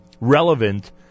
relevant